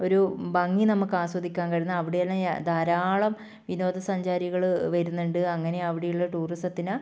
ഒരു ഭംഗി നമുക്കാസ്വദിക്കാൻ കഴിയുന്ന അവിടെയാണ് ധാരാളം വിനോദസഞ്ചാരികൾ വരുന്നുണ്ട് അങ്ങനെ അവിടെയുള്ള ടൂറിസത്തിനെ